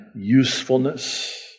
usefulness